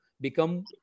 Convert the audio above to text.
become